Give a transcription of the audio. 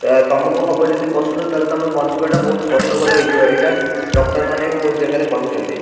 ତୁମକୁ ହବ ଯଦି ପଶୁଠାରୁ ତାହେଲେ ତୁମେ ବଞ୍ଚିବାଟା ବହୁତ କଷ୍ଟକର ହେଇଯିବ ଏଇଟା ଡକ୍ଟରମାନେ ବି ବହୁତ ଜାଗାରେ କହିଛନ୍ତି